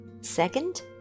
Second